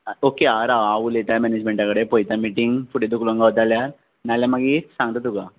आ okay आ राव हांव उलयतां मॅनेजमँटा कडेन पळयता मिटींग फुडें धुकलोंग गावता आल्या नाल्यार मागीर सांगता तुका